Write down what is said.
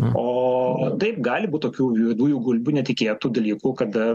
o taip gali būt tokių juodųjų gulbių netikėtų dalykų kada